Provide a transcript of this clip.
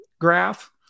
graph